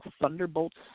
Thunderbolts